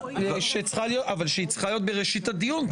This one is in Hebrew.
שצריכה הייתה להיות בראשית הדיון,